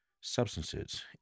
substances